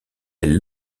elle